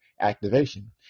activation